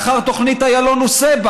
לאחר תוכנית איילון-נוסייבה.